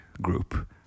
group